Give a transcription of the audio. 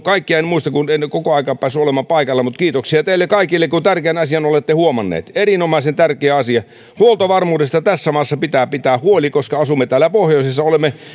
kaikkia en muista kun en koko ajan päässyt olemaan paikalla mutta kiitoksia teille kaikille kun tärkeän asian olette huomanneet erinomaisen tärkeä asia huoltovarmuudesta tässä maassa pitää pitää huoli koska asumme täällä pohjoisessa olemme